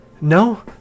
no